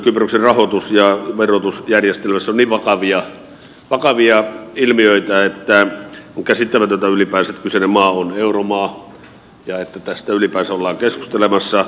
kyproksen rahoitus ja verotusjärjestelmässä on niin vakavia ilmiöitä että on käsittämätöntä ylipäänsä että kyseinen maa on euromaa ja että tästä ylipäänsä ollaan keskustelemassa